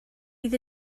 fydd